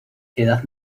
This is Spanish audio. edad